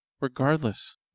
Regardless